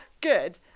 Good